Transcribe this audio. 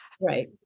Right